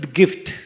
gift